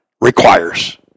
requires